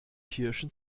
kirschen